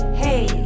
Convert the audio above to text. hey